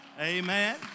Amen